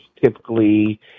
typically